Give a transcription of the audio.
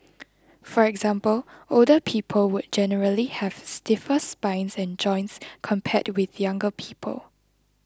for example older people would generally have stiffer spines and joints compared with younger people